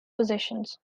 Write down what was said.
positions